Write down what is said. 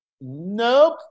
Nope